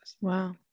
wow